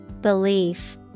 Belief